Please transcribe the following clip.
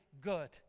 good